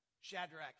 Shadrach